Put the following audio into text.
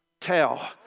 tell